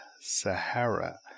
Sahara